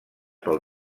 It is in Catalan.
pel